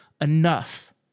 enough